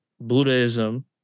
Buddhism